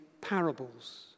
parables